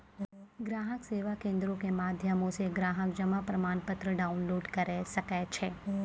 ग्राहक सेवा केंद्रो के माध्यमो से ग्राहक जमा प्रमाणपत्र डाउनलोड करे सकै छै